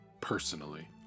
Personally